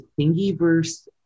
Thingiverse